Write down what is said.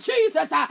Jesus